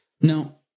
No